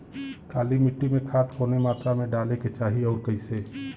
काली मिट्टी में खाद कवने मात्रा में डाले के चाही अउर कइसे?